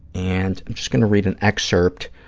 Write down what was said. and i'm just going to read an excerpt.